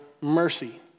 mercy